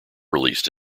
released